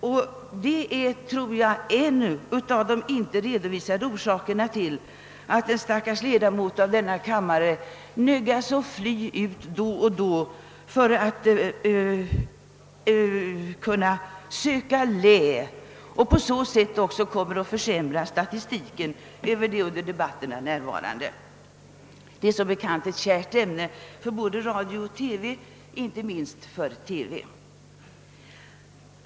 Jag tror att detta är en av de ännu inte redovisade orsakerna till att en stackars ledamot av denna kammare då och då nödgas fly från sin bänk för att söka lä, vilket försämrar statistiken över de under debatterna närvarande. Detta är, som bekant, ett kärt ämne för både radio och TV, inte minst för TV.